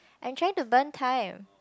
I'm trying to burn time